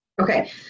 Okay